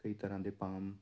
ਕਈ ਤਰ੍ਹਾਂ ਦੇ ਪਾਮ